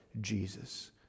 Jesus